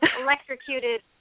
electrocuted